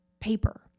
paper